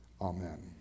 Amen